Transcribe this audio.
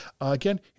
Again